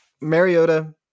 Mariota